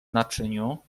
naczyniu